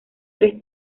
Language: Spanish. tres